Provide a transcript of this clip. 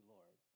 Lord